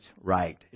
right